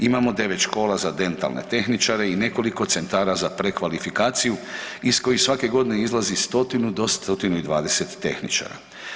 Imamo 9 škola za dentalne tehničare i nekoliko centara za prekvalifikaciju iz kojih svake godine izlazi 100 do 120 tehničara.